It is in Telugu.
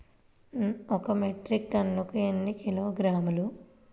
ఒక మెట్రిక్ టన్నుకు ఎన్ని కిలోగ్రాములు?